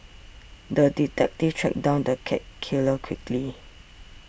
the detective tracked down the cat killer quickly